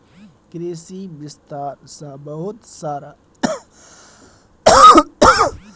कृषि विस्तार स बहुत सारा जंगल उन्मूलित करे दयाल गेल छेक